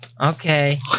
Okay